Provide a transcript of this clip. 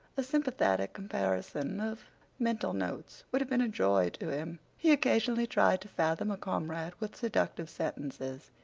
a sympathetic comparison of mental notes would have been a joy to him. he occasionally tried to fathom a comrade with seductive sentences.